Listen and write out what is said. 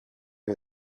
who